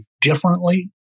differently